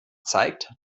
zeigt